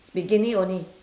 bikini only